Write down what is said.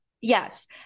Yes